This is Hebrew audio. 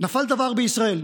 נפל דבר בישראל.